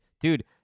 dude